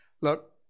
Look